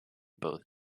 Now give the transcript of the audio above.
both